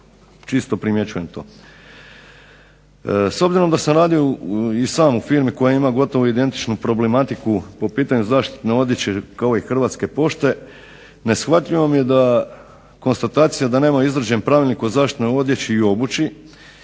čisto primjećujem to. S obzirom da sam radio i sam u firmi koja ima gotovo identičnu problematiku po pitanju zaštitne odjeće kao i Hrvatske pošte neshvatljivo mi je da konstatacija da nema izrađen pravilnik o zaštitnoj odjeći i obući